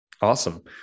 Awesome